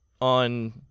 on